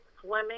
swimming